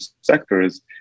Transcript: sectors